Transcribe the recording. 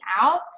out